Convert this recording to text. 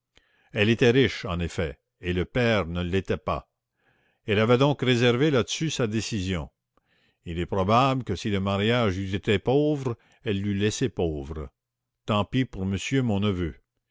elle était riche en effet et le père ne l'était pas elle avait donc réservé là-dessus sa décision il est probable que si le mariage eût été pauvre elle l'eût laissé pauvre tant pis pour monsieur mon neveu